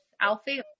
Alfie